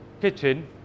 kitchen